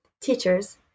teachers